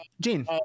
Gene